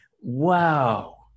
Wow